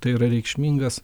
tai yra reikšmingas